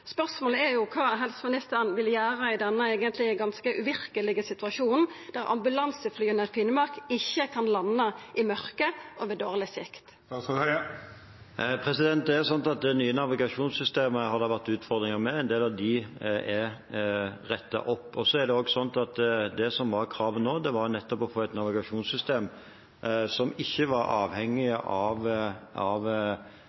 Spørsmålet er kva helseministeren vil gjera i denne eigentleg ganske uverkelege situasjonen, der ambulanseflya i Finnmark ikkje kan landa i mørke og ved dårleg sikt. Det har vært utfordringer med det nye navigasjonssystemet. En del av det er rettet opp. Det som var kravet, var nettopp å få et navigasjonssystem som ikke var